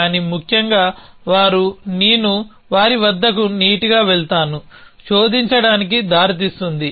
కానీ ముఖ్యంగా వారు నేను వారి వద్దకు నీట్గా వెళ్తాను శోధించడానికి దారి తీస్తుంది